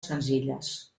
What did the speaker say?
senzilles